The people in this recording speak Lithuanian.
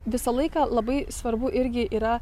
visą laiką labai svarbu irgi yra